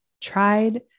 tried